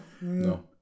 no